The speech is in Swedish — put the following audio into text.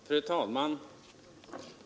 Fru talman!